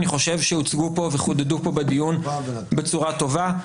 אני חושב שהוצגו פה וחודדו פה בדיון בצורה טובה.